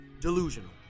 delusional